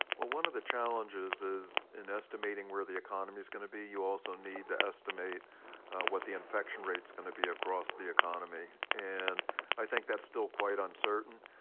well, one of the challenges is and estimating where the economy is going to be, you also need to estimate what the infection rate is going to be across the economy. and i think that's still quite uncertain.